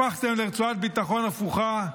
הפכתם לרצועת ביטחון הפוכה,